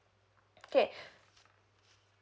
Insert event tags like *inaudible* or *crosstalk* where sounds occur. okay *breath*